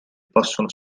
posso